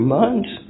months